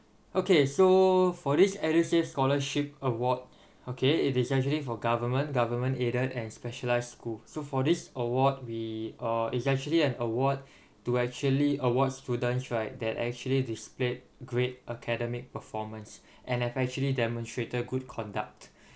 okay so for this edusave scholarship award okay it is actually for government government aided and specialise school so for this award we uh it's actually an award to actually award students right that actually displayed great academic performance and have actually demonstrated good conduct